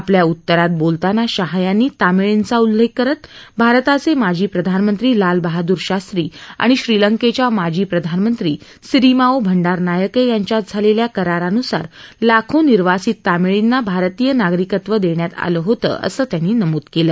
आपल्या उत्तरात बोलताना शाह यांनी तामिळींचा उल्लेख करत भारताचे माजी प्रधानमंत्री लालबहादूर शास्त्री आणि श्रीलंकेच्या माजी प्रधानमंत्री सिरिमाओ भंडारनायके यांच्यात झालेल्या करारानुसार लाखो निर्वासित तामिळींना भारतीय नागरिकत्व देण्यात आलं होतं असं त्यांनी नमूद केलं